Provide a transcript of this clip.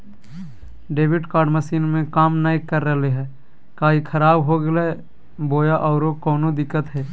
Debit card machine में काम नाय कर रहले है, का ई खराब हो गेलै है बोया औरों कोनो दिक्कत है?